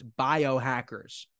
biohackers